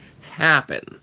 happen